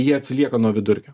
ji atsilieka nuo vidurkio